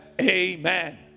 Amen